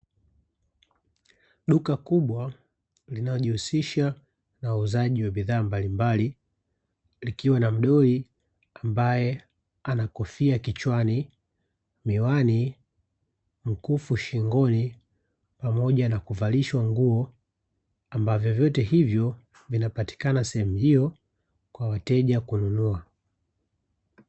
Duka kubwa linajihusisha na uuzaji wa bidhaa mbalimbali likiwa na mdoli ambaye anakofia kichwani, miwani, mkufu shingoni pamoja na kuvalisha nguo ambavyo vyote hivyo vinapatikana sehemu hiyo kwa wateja kununua.